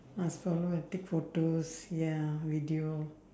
must follow and take photos ya video